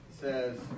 says